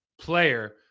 player